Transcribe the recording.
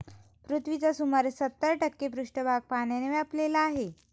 पृथ्वीचा सुमारे सत्तर टक्के पृष्ठभाग पाण्याने व्यापलेला आहे